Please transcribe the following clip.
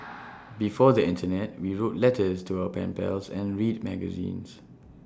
before the Internet we wrote letters to our pen pals and read magazines